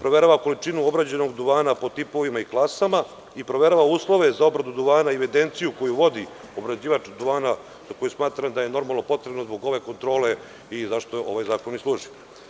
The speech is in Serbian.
proverava količinu obrađenog duvana po tipovima i klasama i proverava uslove za obradu duvana i evidenciju koju vodi obrađivač duvana, za koju smatram da je potrebna zbog ove kontrole i zašto ovaj zakon služi.